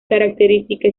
característica